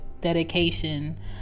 dedication